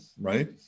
right